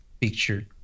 picture